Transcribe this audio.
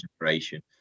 generation